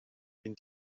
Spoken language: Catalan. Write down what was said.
vint